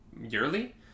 yearly